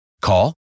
Call